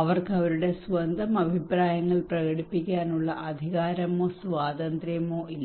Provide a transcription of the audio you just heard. അവർക്ക് അവരുടെ സ്വന്തം അഭിപ്രായങ്ങൾ പ്രകടിപ്പിക്കാനുള്ള അധികാരമോ സ്വാതന്ത്ര്യമോ ഇല്ല